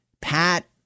Pat